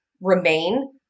remain